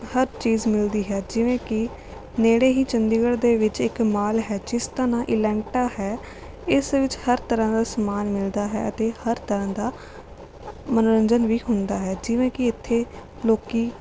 ਹਰ ਚੀਜ਼ ਮਿਲਦੀ ਹੈ ਜਿਵੇਂ ਕਿ ਨੇੜੇ ਹੀ ਚੰਡੀਗੜ੍ਹ ਦੇ ਵਿੱਚ ਇੱਕ ਮਾਲ ਹੈ ਜਿਸ ਦਾ ਨਾਂ ਇਲਾਟਾਂ ਹੈ ਇਸ ਵਿੱਚ ਹਰ ਤਰ੍ਹਾਂ ਦਾ ਸਮਾਨ ਮਿਲਦਾ ਹੈ ਅਤੇ ਹਰ ਤਰ੍ਹਾਂ ਦਾ ਮੰਨੋਰੰਜਨ ਵੀ ਹੁੰਦਾ ਹੈ ਜਿਵੇਂ ਕਿ ਇੱਥੇ ਲੋਕ